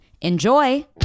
Enjoy